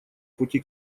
пути